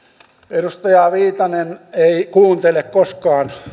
edustaja viitanen ei kuuntele koskaan